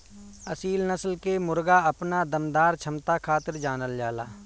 असील नस्ल के मुर्गा अपना दमदार क्षमता खातिर जानल जाला